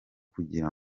kugira